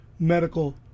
Medical